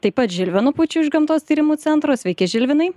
taip pat žilvinu pučiu iš gamtos tyrimų centro sveiki žilvinai